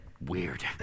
weird